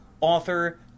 author